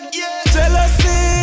jealousy